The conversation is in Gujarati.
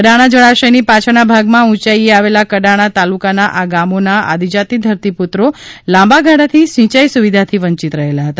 કડાણા જળાશયની પાછળના ભાગમાં ઊંચાઇએ આવેલા કડાણા તાલુકાના આ ગામોના આદિજાતિ ધરતીપુત્રો લાંબાગાળાથી સિંયાઇ સુવિધાથી વંચિત રહેલા છે